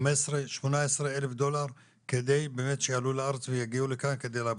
15, 18,000 דולר כדי באמת שיגיעו לארץ כדי לעבוד.